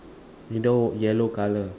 you know yellow colour